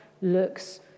looks